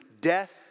death